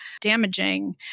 damaging